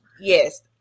yes